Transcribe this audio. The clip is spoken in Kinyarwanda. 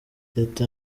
leta